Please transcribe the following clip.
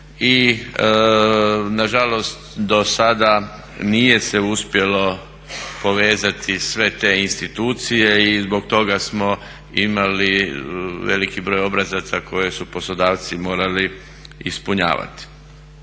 i na žalost do sada nije se uspjelo povezati sve te institucije i zbog toga smo imali veliki broj obrazaca koje su poslodavci morali ispunjavati.